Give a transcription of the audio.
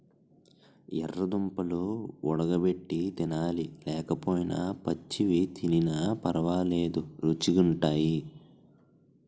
యెర్ర దుంపలు వుడగబెట్టి తినాలి లేకపోయినా పచ్చివి తినిన పరవాలేదు రుచీ గుంటయ్